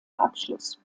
abschluss